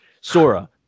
sora